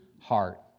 heart